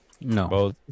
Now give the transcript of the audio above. no